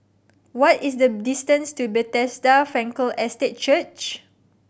what is the distance to Bethesda Frankel Estate Church